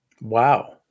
Wow